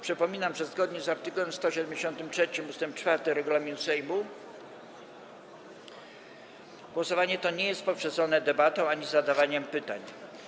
Przypominam, że zgodnie z art. 173 ust. 4 regulaminu Sejmu głosowanie to nie jest poprzedzone debatą ani zadawaniem pytań.